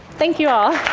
thank you all.